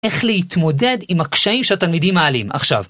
איך להתמודד עם הקשיים שהתלמידים מעלים. עכשיו,